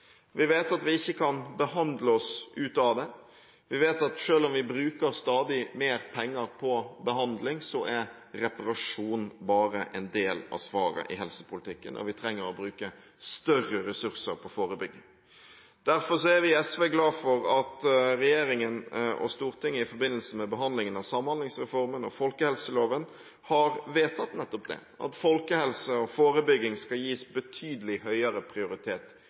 Vi vet at vi ikke kan behandle oss ut av det, vi vet at selv om vi bruker stadig mer penger på behandling, er reparasjon bare en del av svaret i helsepolitikken. Vi trenger å bruke større ressurser på forebygging. Derfor er vi i SV glad for at regjeringen og Stortinget i forbindelse med behandlingen av Samhandlingsreformen og folkehelseloven, har vedtatt nettopp det; at folkehelse og forebygging skal gis betydelig høyere prioritet